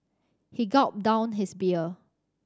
he gulped down his beer